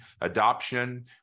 adoption